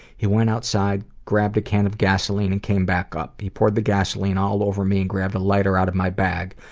he went outside, grabbed a can of gasoline and came back up. he poured the gasoline all over me and grabbed a lighter out of my bag,